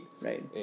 right